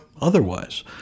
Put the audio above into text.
otherwise